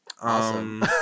Awesome